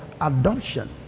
Adoption